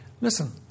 listen